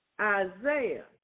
Isaiah